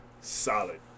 solid